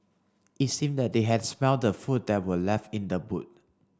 it seemed that they had smelt the food that were left in the boot